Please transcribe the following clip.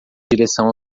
direção